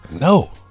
No